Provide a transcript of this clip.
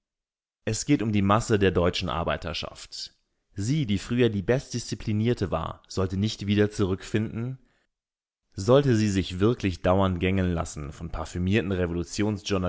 es geht um die masse der deutschen arbeiterschaft sie die früher die bestdisziplinierte war sollte nicht wieder zurückfinden sollte sie sich wirklich dauernd gängeln lassen von parfümierten